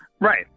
right